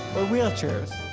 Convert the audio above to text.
or wheelchairs,